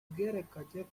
bwerekanye